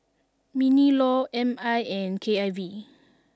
Mini law M I and K I V